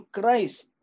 Christ